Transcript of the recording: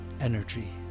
energy